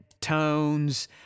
Tones